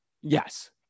yes